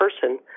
person